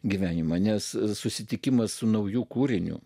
gyvenimą nes susitikimas su nauju kūriniu